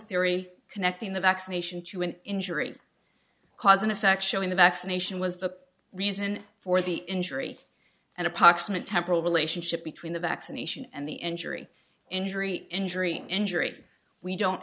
theory connecting the vaccination to an injury cause and effect showing the vaccination was the reason for the injury and approximate temporal relationship between the vaccination and the injury injury injury injury we don't